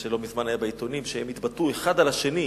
לא מזמן היה בעיתונים שהם התבטאו אחד על השני.